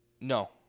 No